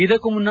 ಇದಕ್ಕೂ ಮುನ್ನ